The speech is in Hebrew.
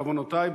בעוונותי,